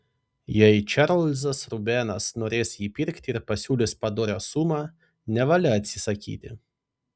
jei čarlzas rubenas norės jį pirkti ir pasiūlys padorią sumą nevalia atsisakyti